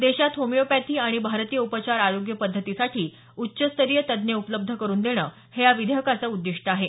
देशात होमिओपॅथी आणि भारतीय उपचार आरोग्य पद्धतीसाठी उच्चस्तरीय तज्ञ उपलब्ध करून देणं हे या विधेयकांचं उद्दिष्ट आहे